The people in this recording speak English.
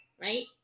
right